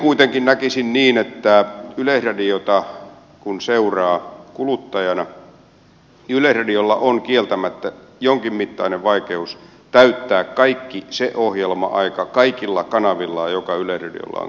jotenkin kuitenkin näkisin että kun yleisradiota seuraa kuluttajana niin yleisradiolla on kieltämättä jonkinmittainen vaikeus täyttää kaikki se ohjelma aika kaikilla kanavilla jotka yleisradiolla on käytössään